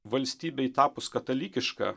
valstybei tapus katalikiška